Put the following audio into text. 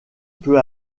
peu